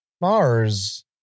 Mars